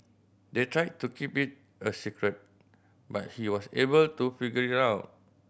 they tried to keep it a secret but he was able to figure it out